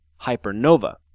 hypernova